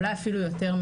אולי אפילו יותר,